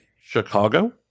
Chicago